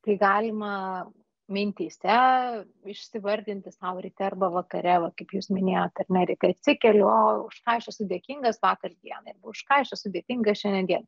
tai galima mintyse išsivardinti sau ryte arba vakare va kaip jūs minėjot ar ne ryte atsikeliu o už ką aš esu dėkingas vakar dienai už ką aš esu dėkinga šiandien dienai